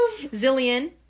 Zillion